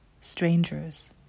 strangers